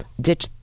ditch